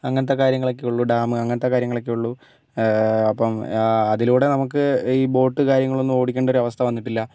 അങ്ങനത്തെ കാര്യങ്ങളൊക്കെ ഉള്ളൂ ഡാം അങ്ങനത്തെയൊക്കെ കാര്യങ്ങളെ ഉള്ളൂ അപ്പം ആ അതിലൂടെ നമുക്ക് ഈ ബോട്ട് കാര്യങ്ങളൊന്നും ഓടിക്കേണ്ട ഒരവസ്ഥ വന്നിട്ടില്ല